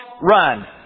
run